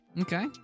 Okay